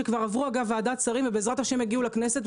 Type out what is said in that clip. שכבר עברו אגב ועדת שרים ובעזרת השם יגיעו לכנסת,